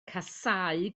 casáu